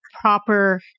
proper